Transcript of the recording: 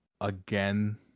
again